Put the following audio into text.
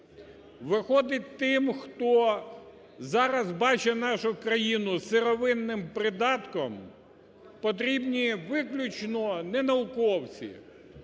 Виходить тим, хто зараз бачить нашу країну сировинним придатком, потрібні виключно не науковці,